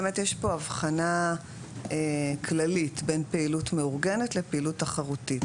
באמת יש פה אבחנה כללית בין פעילות מאורגת לפעילות תחרותית,